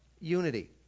unity